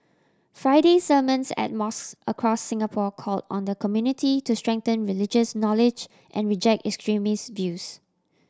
Friday sermons at mosques across Singapore called on the community to strengthen religious knowledge and reject extremist views